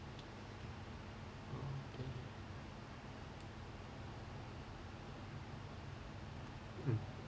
mm